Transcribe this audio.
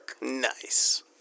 Nice